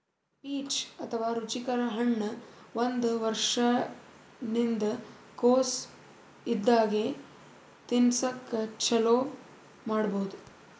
peach ಅಥವಾ ರುಚಿಕರ ಹಣ್ಣ್ ಒಂದ್ ವರ್ಷಿನ್ದ್ ಕೊಸ್ ಇದ್ದಾಗೆ ತಿನಸಕ್ಕ್ ಚಾಲೂ ಮಾಡಬಹುದ್